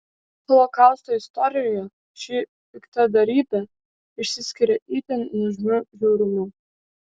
holokausto istorijoje ši piktadarybė išsiskiria itin nuožmiu žiaurumu